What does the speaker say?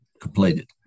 completed